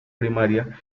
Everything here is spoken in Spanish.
primaria